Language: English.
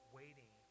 waiting